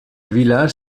village